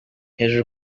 hejuru